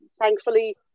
thankfully